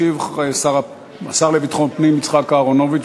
ישיב השר לביטחון פנים יצחק אהרונוביץ.